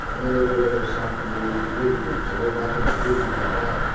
and then those bills are assigned committees for committee hearings. so, we're back in the committee hearings now.